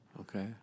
Okay